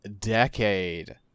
Decade